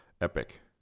epic